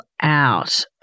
out